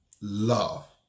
Love